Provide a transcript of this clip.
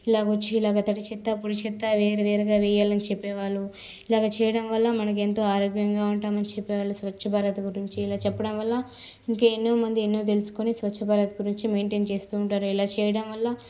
ఇలాగ వచ్చి ఇలా తడి చెత్త పొడి చెత్త వేరు వేరుగా వేయాలని చెప్పేవారు ఇలాగ చేయడం వల్ల మనకి ఎంతో ఆరోగ్యంగా ఉంటామని చెప్పేవాళ్ళు స్వచ్ఛ భారత్ గురించి ఇలా చెప్పడం వల్ల ఇంకెన్నో మంది ఎన్నో తెలుసుకొని స్వచ్ఛ భారత్ గురించి మెయిన్టేన్ చేస్తు ఉంటారు ఇలా చేయడం వల్ల